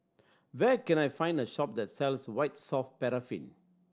where can I find the shop that sells White Soft Paraffin